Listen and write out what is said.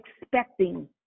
expecting